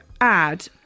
add